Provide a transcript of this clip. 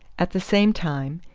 at the same time,